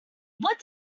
what